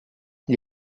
gli